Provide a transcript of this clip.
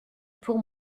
pour